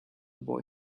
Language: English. boy